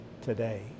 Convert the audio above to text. today